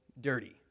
dirty